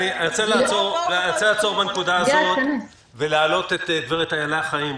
אני רוצה להעלות בנקודה הזאת את הגברת איילה חיים,